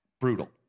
brutal